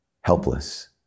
helpless